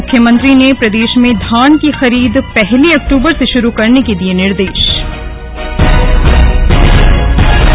मुख्यमंत्री ने प्रदे में धान की खरीद पहली अक्टूबर से शुरू करने के दिये निर्दे